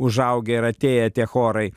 užaugę ir atėję tie chorai